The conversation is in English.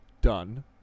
done